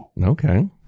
okay